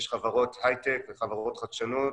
יש חברות הייטק וחברות חדשנות